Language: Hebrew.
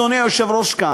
אדוני היושב-ראש,